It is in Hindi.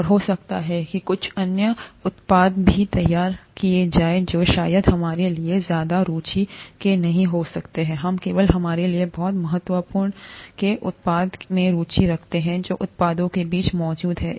और हो सकता है कि कुछ अन्य उत्पाद भी तैयार किए जाएं जो शायद हमारे लिए ज्यादा रुचि के नहीं हो सकते हैं हम केवल हमारे लिए बहुत महत्व के उत्पाद में रुचि रखते हैं जो उत्पादों के बीच मौजूद हैं